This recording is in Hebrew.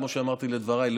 כמו שאמרתי בדבריי,